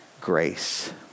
grace